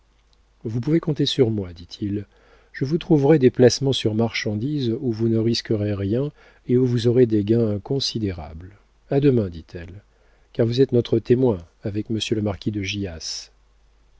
vous pouvez compter sur moi dit-il je vous trouverai des placements sur marchandises où vous ne risquerez rien et où vous aurez des gains considérables a demain dit-elle car vous êtes notre témoin avec monsieur le marquis de